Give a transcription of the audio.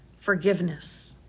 forgiveness